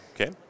Okay